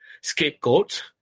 scapegoat